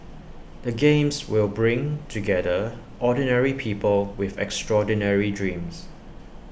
the games will bring together ordinary people with extraordinary dreams